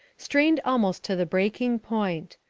strained almost to the breaking point.